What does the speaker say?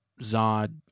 Zod